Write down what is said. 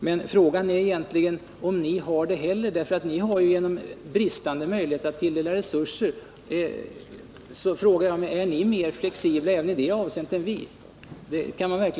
Men eftersom ni ju har visat bristande förmåga att tilldela resurser, kan man verkligen fråga: Är ni mer flexibla i det avseendet än vi?